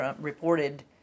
reported